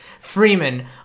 Freeman